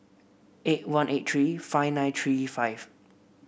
eight one eight three five nine three five